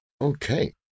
Okay